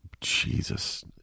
Jesus